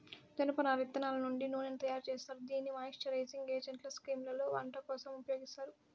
జనపనార ఇత్తనాల నుండి నూనెను తయారు జేత్తారు, దీనిని మాయిశ్చరైజింగ్ ఏజెంట్గా క్రీమ్లలో, వంట కోసం ఉపయోగిత్తారు